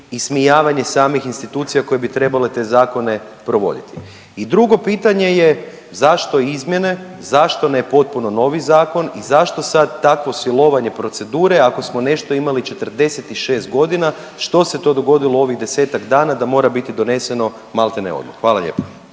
ismijavanje samih institucija koje bi trebale te zakone provoditi? I drugo pitanje je zašto izmjene, zašto ne potpuno novi zakon i zašto sad takvo silovanje procedure ako smo nešto imali 46 godina što se to dogodilo u ovih 10-ak dana da mora biti doneseno maltene odmah? Hvala lijepa.